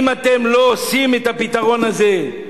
אם אתם לא עושים את הפתרון הזה,